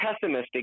pessimistic